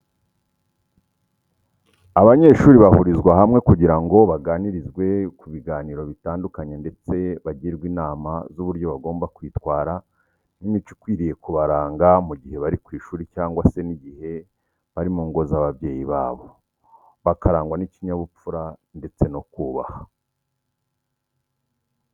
Abanyeshuri bahurizwa hamwe kugira ngo baganirizwe ku biganiro bitandukanye ndetse bagirwe n'inama z'uburyo bagomba kwitwara n'imico ikwiye kubaranga mu gihe bari ku ishuri cyangwa se n'igihe bari mu ngo z'ababyeyi babo bakarangwa n'ikinyabupfura ndetse no kubaha.